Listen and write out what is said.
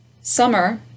Summer